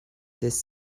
this